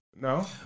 No